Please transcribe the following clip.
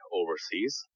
overseas